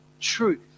truth